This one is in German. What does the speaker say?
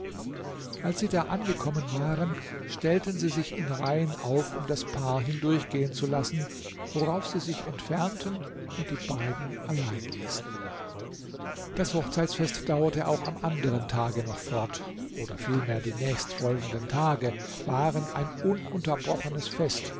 als sie da angekommen waren stellten sie sich in reihen auf um das paar hindurchgehen zu lassen worauf sie sich entfernten und die beiden allein ließen das hochzeitsfest dauerte auch am anderen tage noch fort oder vielmehr die nächstfolgenden tage waren ein ununterbrochenes fest